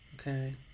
Okay